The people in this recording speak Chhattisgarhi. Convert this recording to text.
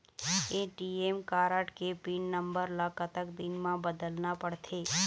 ए.टी.एम कारड के पिन नंबर ला कतक दिन म बदलना पड़थे?